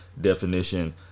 definition